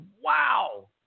wow